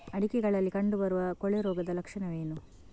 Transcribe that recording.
ಅಡಿಕೆಗಳಲ್ಲಿ ಕಂಡುಬರುವ ಕೊಳೆ ರೋಗದ ಲಕ್ಷಣವೇನು?